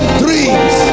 dreams